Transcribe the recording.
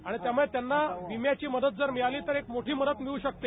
आणि त्यामुळे त्यांना विम्याची मदत जर मिळाली तर एक मोठी मदत मिळू शकते